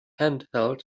handheld